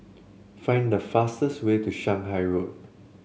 find the fastest way to Shanghai Road